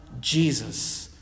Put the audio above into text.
Jesus